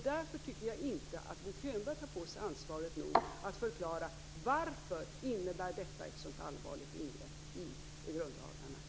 Därför tycker jag inte att Bo Könberg nog tar på sig ansvaret att förklara varför detta innebär ett så allvarligt ingrepp i grundlagarna.